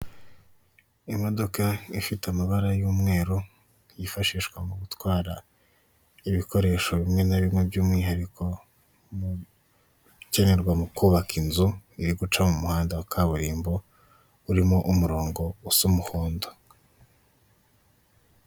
Imodoka ifite amabara y'umweru yifashishwa mu gutwara ibikoresho bimwe na bimwe by'umwihariko, ibikenerwa mu kubaka inzu iri guca mu muhanda wa kaburimbo urimo umurongo usa umuhondo.